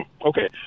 Okay